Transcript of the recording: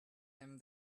him